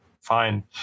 fine